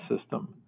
system